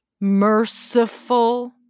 merciful